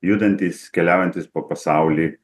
judantys keliaujantys po pasaulį